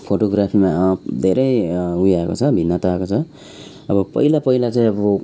फोटोग्राफीमा धेरै उयो आएको छ भिन्नता आएको छ अब पहिला पहिला चाहिँ अब